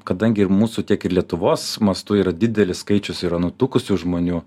kadangi ir mūsų tiek ir lietuvos mastu yra didelis skaičius yra nutukusių žmonių